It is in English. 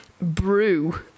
brew